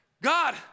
God